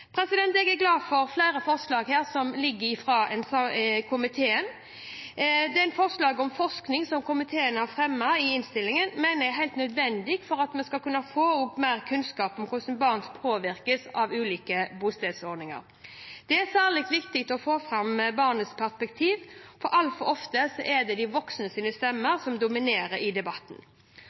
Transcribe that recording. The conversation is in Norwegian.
Jeg er glad for flere forslag som foreligger fra komiteen. Forslaget om forskning som komiteen har fremmet i innstillingen, mener jeg er helt nødvendig for at vi skal kunne få mer kunnskap om hvordan barn påvirkes av ulike bostedsordninger. Det er særlig viktig å få fram barnas perspektiv, for altfor ofte er det de voksnes stemmer som dominerer i debatten.